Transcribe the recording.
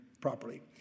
properly